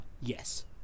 Yes